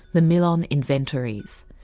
the millon inventories.